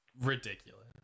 ridiculous